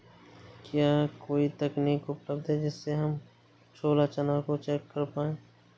क्या कोई तकनीक उपलब्ध है जिससे हम छोला चना को चेक कर पाए?